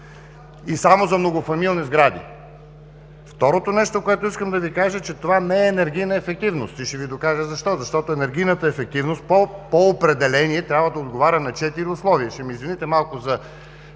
е само за многофамилни сгради. Второто нещо, което искам да Ви кажа, е, че това не е енергийна ефективност. И ще Ви докажа защо. Защото енергийната ефективност по определение трябва да отговаря на четири условия. Ще ме извините малко за